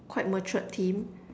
quite matured theme